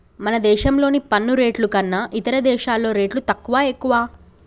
మన దేశంలోని పన్ను రేట్లు కన్నా ఇతర దేశాల్లో రేట్లు తక్కువా, ఎక్కువా